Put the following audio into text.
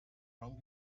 kaum